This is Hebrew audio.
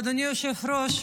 אדוני היושב-ראש,